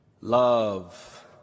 Love